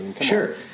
Sure